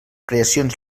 creacions